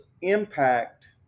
impact